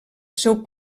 seu